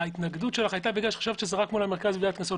ההתנגדות שלך היתה רק כי חשבת שזה רק מול המרכז לגביית קנסות.